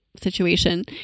situation